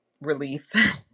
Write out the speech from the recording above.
relief